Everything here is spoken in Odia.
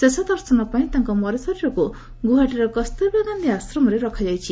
ଶେଷ ଦର୍ଶନପାଇଁ ତାଙ୍କ ମରଶରୀରକୁ ଗୁଆହାଟୀର କସ୍ତୁରବା ଗାନ୍ଧି ଆଶ୍ରମରେ ରଖାଯାଇଛି